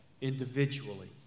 individually